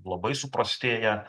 labai suprastėję